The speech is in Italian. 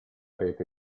rete